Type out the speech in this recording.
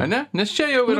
ane nes čia jau yra